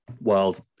World